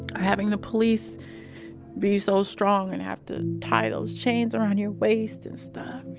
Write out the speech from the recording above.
having the police be so strong and have to tie those chains around your waist and stuff,